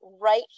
right